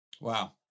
Wow